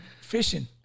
fishing